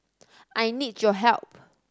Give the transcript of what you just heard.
I need your help